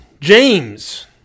James